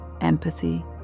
empathy